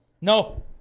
No